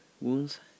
Wounds